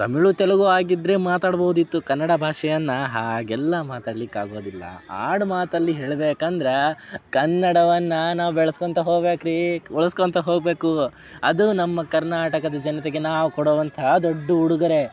ತಮಿಳ್ ತೆಲುಗು ಆಗಿದ್ದರೆ ಮಾತಾಡ್ಬೋದಿತ್ತು ಕನ್ನಡ ಭಾಷೆಯನ್ನು ಹಾಗೆಲ್ಲ ಮಾತಾಡ್ಲಿಕ್ಕೆ ಆಗೋದಿಲ್ಲ ಆಡುಮಾತಲ್ಲಿ ಹೇಳ್ಬೇಕಂದ್ರೆ ಕನ್ನಡವನ್ನು ನಾವು ಬೆಳ್ಸ್ಕೊಳ್ತ ಹೋಗ್ಬೇಕ್ ರೀ ಉಳ್ಸ್ಕೊಂತ ಹೋಗ್ಬೇಕು ಅದು ನಮ್ಮ ಕರ್ನಾಟಕದ ಜನತೆಗೆ ನಾವು ಕೊಡುವಂಥ ದೊಡ್ಡ ಉಡುಗೊರೆ